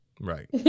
right